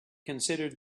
considered